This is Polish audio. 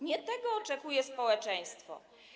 Nie tego oczekuje społeczeństwo.